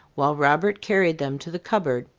while robert carried them to the cupboard.